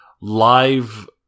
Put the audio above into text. live